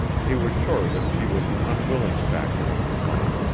he was sure that she was an unwilling factor in the plot,